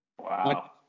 Wow